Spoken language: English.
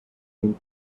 seemed